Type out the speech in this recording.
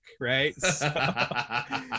right